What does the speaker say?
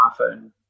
iPhone